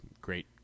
great